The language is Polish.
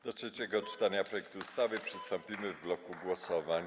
Do trzeciego czytania projektu ustawy przystąpimy w bloku głosowań.